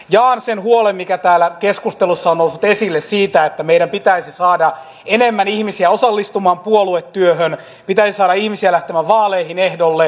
jaan sen huolen mikä täällä keskustelussa on noussut esille että meidän pitäisi saada enemmän ihmisiä osallistumaan puoluetyöhön pitäisi saada ihmisiä lähtemään vaaleihin ehdolle